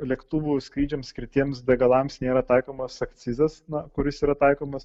lėktuvų skrydžiams skirtiems degalams nėra taikomas akcizas na kuris yra taikomas